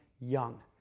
young